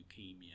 leukemia